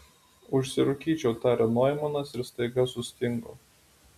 užsirūkyčiau tarė noimanas ir staiga sustingo